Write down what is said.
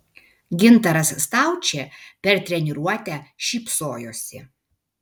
gintaras staučė per treniruotę šypsojosi